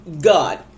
God